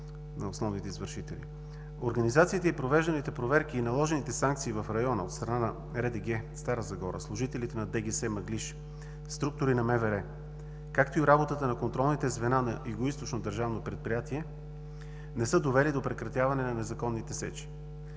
Организацията, провежданите проверки и наложените санкции в района от страна на РДГ – Стара Загора, служителите на ДГС „Мъглиж“, структури на Министерството на вътрешните работи, както и работата на контролните звена на Югоизточно държавно предприятие, не са довели до прекратяване на незаконните сечи.